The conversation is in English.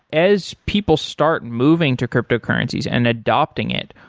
as people start and moving to cryptocurrencies and adopting it,